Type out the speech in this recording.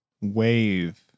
wave